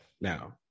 Now